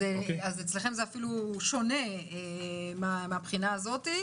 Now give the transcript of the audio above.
אז אצלכם זה שונה מהבחנה הזאת.